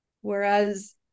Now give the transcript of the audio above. Whereas